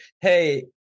hey